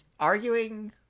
Arguing